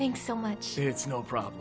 thanks so much it's no problem